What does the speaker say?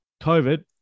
COVID